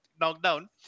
knockdown